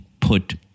put